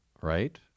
right